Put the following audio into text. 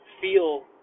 feel